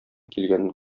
килгәнен